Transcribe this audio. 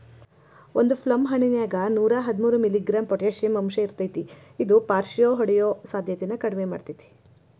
ಒಂದು ಪ್ಲಮ್ ಹಣ್ಣಿನ್ಯಾಗ ನೂರಾಹದ್ಮೂರು ಮಿ.ಗ್ರಾಂ ಪೊಟಾಷಿಯಂ ಅಂಶಇರ್ತೇತಿ ಇದು ಪಾರ್ಷಿಹೊಡಿಯೋ ಸಾಧ್ಯತೆನ ಕಡಿಮಿ ಮಾಡ್ತೆತಿ